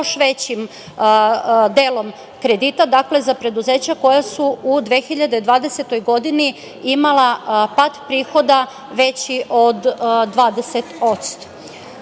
većim delom kredita, dakle, za preduzeća koja su u 2020. godini imala pad prihoda veći od